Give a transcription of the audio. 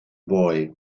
boy